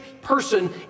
person